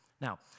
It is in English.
Now